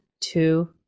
two